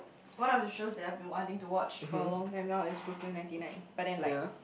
one of the shows that I've been wanting to watch for a long time now is Brooklyn ninety nine but then like